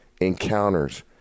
encounters